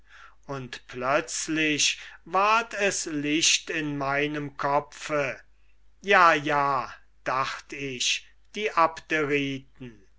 und plötzlich ward es licht in meinem kopfe ja ja dacht ich die